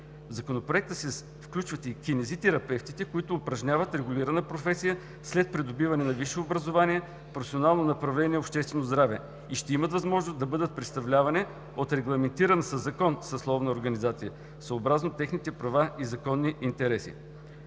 В Законопроекта се включват и кинезитерапевтите, които упражняват регулирана професия след придобиване на висше образование в професионално направление „обществено здраве“, и ще имат възможност да бъдат представлявани от регламентирана със закон съсловна организация, съобразно техните права и законни интереси.